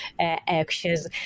actions